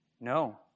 No